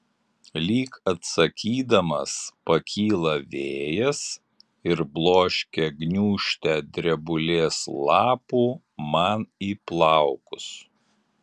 lyg atsakydamas pakyla vėjas ir bloškia gniūžtę drebulės lapų man į plaukus